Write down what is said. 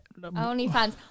OnlyFans